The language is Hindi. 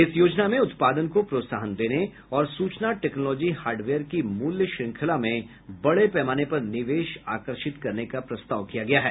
इस योजना में उत्पादन को प्रोत्साहन देने और सूचना टैक्नोलॉजी हार्डवेयर की मूल्य श्रंखला में बड़े पैमाने पर निवेश आकर्षित करने का प्रस्ताव किया गया है